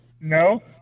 No